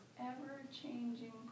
ever-changing